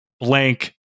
blank